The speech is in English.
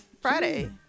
Friday